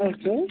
okay